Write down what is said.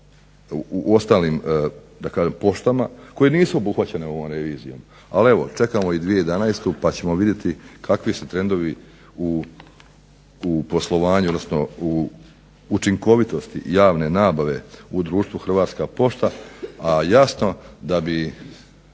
da kažem poštama koje nisu obuhvaćene ovom revizijom. Ali evo, čekamo i 2011. pa ćemo vidjeti kakvi su trendovi u poslovanju odnosno u učinkovitosti javne nabave u društvu Hrvatska pošta, a jasno da bi